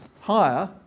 higher